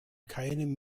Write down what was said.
keinem